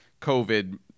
COVID